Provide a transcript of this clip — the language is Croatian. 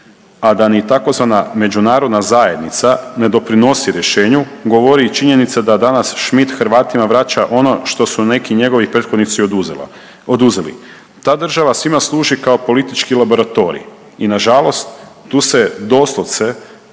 a da ni tzv. međunarodna zajednica ne doprinosi rješenju govori i činjenica da danas Šmit Hrvatima vraća ono što su neki njegovi prethodnici oduzela, oduzeli. Ta država svima služi kao politički laboratorij i nažalost tu se doslovce